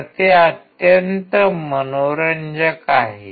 तर ते अत्यंत मनोरंजक आहे